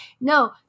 no